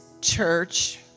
church